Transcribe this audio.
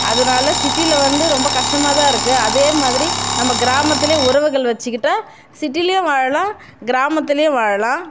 அதனால சிட்டியில வந்து ரொம்ப கஷ்டமாக தான் இருக்குது அதே மாதிரி நம்ம கிராமத்திலயும் உறவுகள் வச்சுக்கிட்டா சிட்டிலேயும் வாழலாம் கிராமத்துலேயும் வாழலாம்